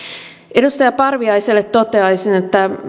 edustaja parviaiselle toteaisin että